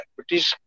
British